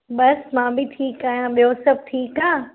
बसि मां बि ठीकु आहियां ॿियो सभु ठीकु आहे